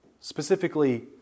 specifically